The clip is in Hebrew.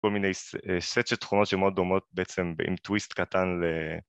כל מיני סט של תכונות שמאוד דומות בעצם עם טוויסט קטן